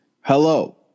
Hello